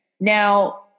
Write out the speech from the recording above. Now